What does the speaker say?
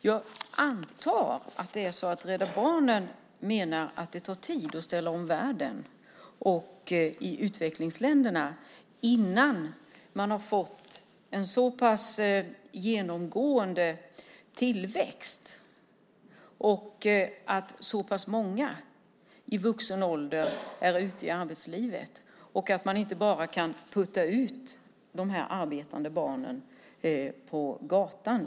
Jag antar att Rädda Barnen menar att det tar tid att ställa om i utvecklingsländerna innan man fått en så pass genomgående tillväxt att många i vuxen ålder kan vara ute i arbetslivet. Inte heller kan man putta ut de arbetande barnen på gatan.